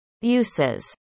Uses